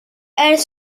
elles